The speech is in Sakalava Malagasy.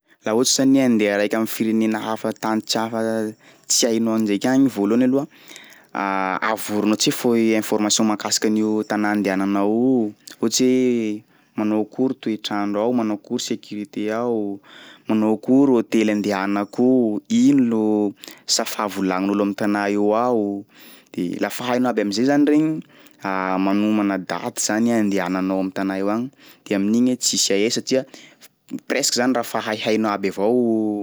Laha ohatsy zany iha handeha raiky am'firenena hafa tany tsy hafa tsy hainao ndraiky agny iha voalohany aloha, avorinao tse foa i information mahakasika an'io tanà andehananao io ohatsy hoe manao akory toetr'andro ao, manao akory securité ao, manao akory hôtely andehanako, ino lô safà volagnin'olo am'tanà io ao de lafa hainao aby am'zay zany regny magnomana daty zany iha andehananao am'tanà io agny de amin'igny iha tsisy ahiahy satsia f- presque zany raha fa haihainao aby avao.